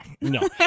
no